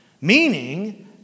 Meaning